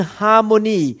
harmony